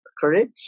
courage